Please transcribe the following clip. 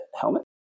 helmet